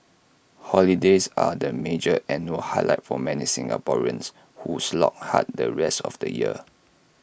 holidays are the major annual highlight for many Singaporeans who slog hard the rest of the year